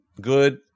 good